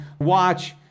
watch